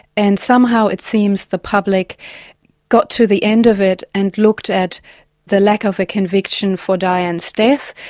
and somehow it seems the public got to the end of it and looked at the lack of a conviction for dianne's death,